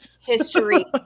History